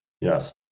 Yes